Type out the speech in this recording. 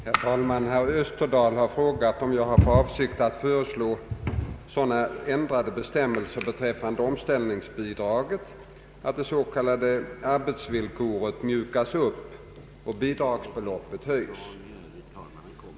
Herr talman! Herr Österdahl har frågat mig om jag har för avsikt att föreslå sådana ändrade bestämmelser beträffande omställningsbidragen «att det s.k. arbetsvillkoret mjukas upp och bidragsbeloppen höjs.